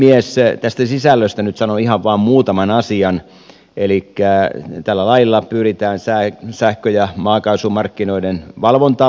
tästä sisällöstä nyt sanon ihan vain muutaman asian elikkä tällä lailla pyritään sähkö ja maakaasumarkkinoiden valvontaa parantamaan